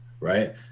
Right